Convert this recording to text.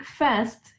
fast